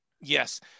Yes